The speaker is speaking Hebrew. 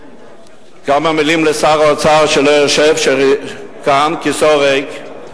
כמה מלים לשר האוצר שלא יושב כאן, כיסאו ריק.